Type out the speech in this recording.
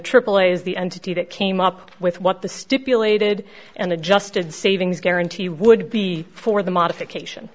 aaa is the entity that came up with what the stipulated and adjusted savings guarantee would be for the modification